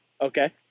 Okay